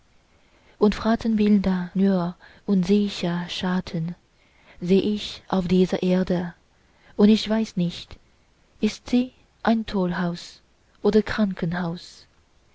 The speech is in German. und fratzenbilder nur und sieche schatten seh ich auf dieser erde und ich weiß nicht ist sie ein tollhaus oder krankenhaus